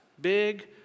big